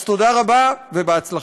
אז תודה רבה ובהצלחה.